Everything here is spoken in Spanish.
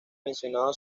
mencionado